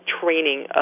training